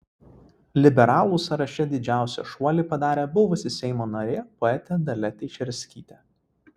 liberalų sąraše didžiausią šuolį padarė buvusi seimo narė poetė dalia teišerskytė